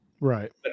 Right